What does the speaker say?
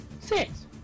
Six